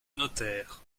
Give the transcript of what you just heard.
notaire